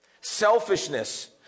Selfishness